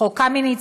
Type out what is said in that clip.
"חוק קמיניץ",